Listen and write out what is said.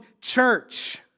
church